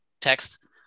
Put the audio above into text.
text